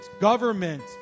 government